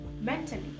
mentally